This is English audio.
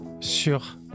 sur